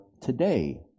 today